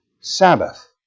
Sabbath